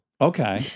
Okay